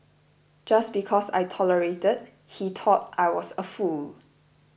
just because I tolerated he thought I was a fool